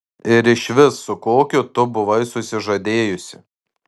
ir išvis su kokiu tu buvai susižadėjusi